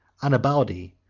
annibaldi,